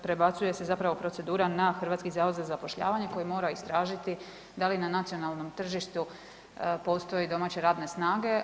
Prebacuje se zapravo procedura na Hrvatski zavod za zapošljavanje koji mora istražiti da li na nacionalnom tržištu postoji domaće radne snage.